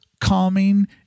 calming